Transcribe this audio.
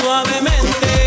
Suavemente